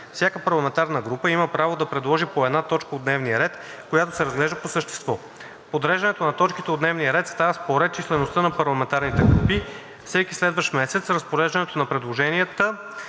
Всяка парламентарна група има право да предложи по една точка от дневния ред, която се разглежда по същество. Подреждането на точките от дневния ред става според числеността на парламентарните групи. Всеки следващ месец подреждането на предложенията